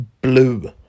blue